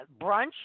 brunch